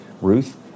Ruth